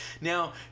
Now